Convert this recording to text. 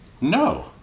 No